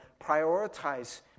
prioritize